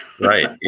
Right